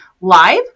live